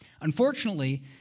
Unfortunately